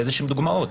לדוגמאות,